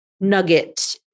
nugget